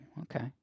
okay